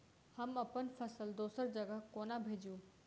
हम अप्पन फसल दोसर जगह कोना भेजू?